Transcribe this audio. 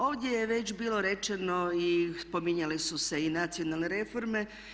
Ovdje je već bilo rečeno i spominjale su i nacionalne reforme.